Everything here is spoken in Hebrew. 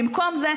במקום זה,